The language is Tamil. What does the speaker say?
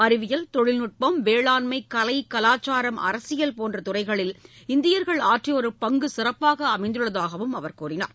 அறிவியல் தொழில்நுட்பம் வேளாண்மை கலை கலாச்சாரம் அரசியல் போன்ற துறைகளில் இந்தியர்கள் ஆற்றிவரும் பங்கு சிறப்பாக அமைந்துள்ளதாக கூறினார்